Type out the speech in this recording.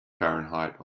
fahrenheit